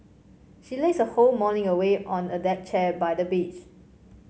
she lazed her whole morning away on a deck chair by the beach